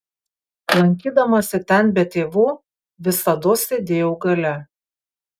lankydamasi ten be tėvų visados sėdėjau gale